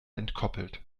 entkoppelt